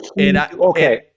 Okay